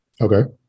Okay